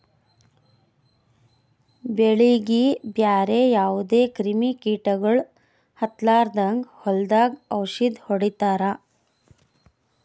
ಬೆಳೀಗಿ ಬ್ಯಾರೆ ಯಾವದೇ ಕ್ರಿಮಿ ಕೀಟಗೊಳ್ ಹತ್ತಲಾರದಂಗ್ ಹೊಲದಾಗ್ ಔಷದ್ ಹೊಡಿತಾರ